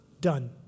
done